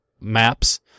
maps